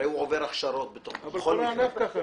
הרי הוא עובר הכשרות בכל מקרה.